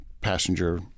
passenger